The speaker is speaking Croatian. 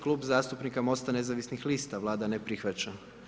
Klub zastupnika MOST-a nezavisnih lista, Vlada ne prihvaća.